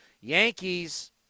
Yankees